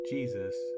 Jesus